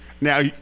Now